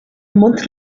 month